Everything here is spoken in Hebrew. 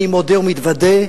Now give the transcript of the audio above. אני מודה ומתוודה,